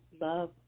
love